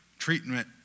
treatment